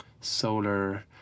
solar